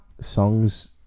songs